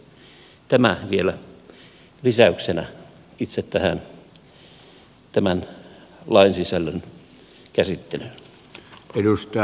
tämä vielä lisäyksenä itse tämän lain sisällön käsittelyyn